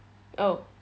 oh